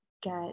get